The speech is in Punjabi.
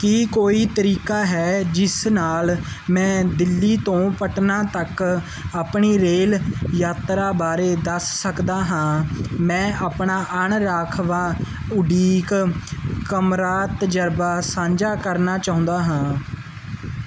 ਕੀ ਕੋਈ ਤਰੀਕਾ ਹੈ ਜਿਸ ਨਾਲ ਮੈਂ ਦਿੱਲੀ ਤੋਂ ਪਟਨਾ ਤੱਕ ਆਪਣੀ ਰੇਲ ਯਾਤਰਾ ਬਾਰੇ ਦੱਸ ਸਕਦਾ ਹਾਂ ਮੈਂ ਆਪਣਾ ਅਣ ਰਾਖਵਾਂ ਉਡੀਕ ਕਮਰਾ ਤਜ਼ਰਬਾ ਸਾਂਝਾ ਕਰਨਾ ਚਾਹੁੰਦਾ ਹਾਂ